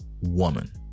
woman